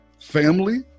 family